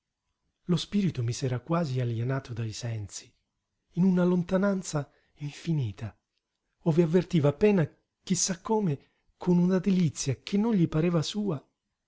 lo spirito mi s'era quasi alienato dai sensi in una lontananza infinita ove avvertiva appena chi sa come con una delizia che non gli pareva sua